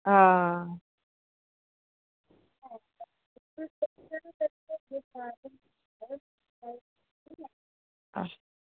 हां